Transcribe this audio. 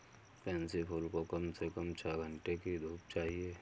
pansy फूल को कम से कम छह घण्टे की धूप चाहिए